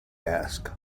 asked